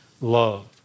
love